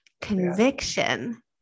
Conviction